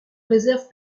réserve